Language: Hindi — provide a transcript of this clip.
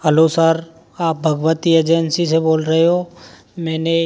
हलो सर आप भगवती एजेंसी से बोल रहे हो मैंने